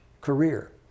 career